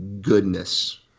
goodness